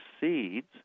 seeds